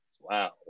Wow